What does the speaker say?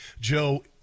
Joe